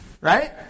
right